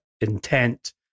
intent